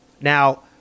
Now